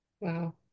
Wow